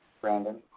Brandon